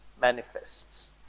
manifests